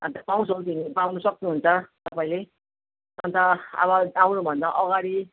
अन्त पाउँछौँ तिमी पाउनु सक्नुहुन्छ तपाईँले अन्त अब आउनु भन्दा अगाडि